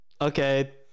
Okay